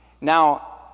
Now